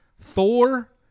Thor